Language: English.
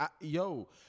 yo